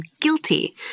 guilty